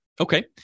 Okay